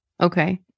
Okay